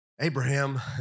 Abraham